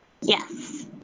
Yes